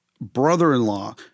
brother-in-law